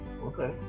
okay